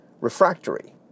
refractory